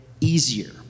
easier